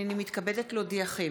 הינני מתכבדת להודיעכם,